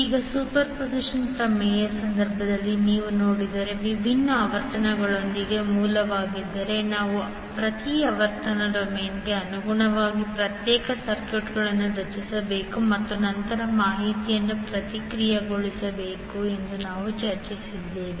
ಈಗ ಸೂಪರ್ಪೋಸಿಷನ್ ಪ್ರಮೇಯದ ಸಂದರ್ಭದಲ್ಲಿ ನೀವು ನೋಡಿದರೆ ವಿಭಿನ್ನ ಆವರ್ತನಗಳೊಂದಿಗೆ ಮೂಲಗಳಿದ್ದರೆ ನಾವು ಪ್ರತಿ ಆವರ್ತನ ಡೊಮೇನ್ಗೆ ಅನುಗುಣವಾದ ಪ್ರತ್ಯೇಕ ಸರ್ಕ್ಯೂಟ್ಗಳನ್ನು ರಚಿಸಬೇಕು ಮತ್ತು ನಂತರ ಮಾಹಿತಿಯನ್ನು ಪ್ರಕ್ರಿಯೆಗೊಳಿಸಬೇಕು ಎಂದು ನಾವು ಚರ್ಚಿಸಿದ್ದೇವೆ